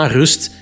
rust